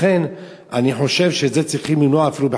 לכן אני חושב שצריך למנוע את זה אפילו בחקיקה.